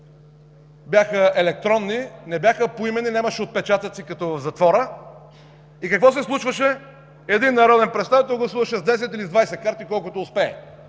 бяха електронни, но не бяха поименни, нямаше отпечатъци, като в затвора. И какво се случваше?! Един народен представител гласуваше с 10 или с 20 карти – с колкото успее!